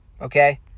Okay